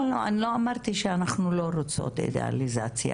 לא, אני לא אמרתי שאנחנו לא רוצות אידיאליזציה.